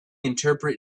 interpret